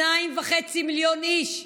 2.5 מיליון איש,